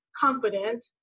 confident